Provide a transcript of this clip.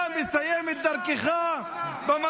אתה תסיים את דרכך הרבה לפניו.